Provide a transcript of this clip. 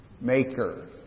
Maker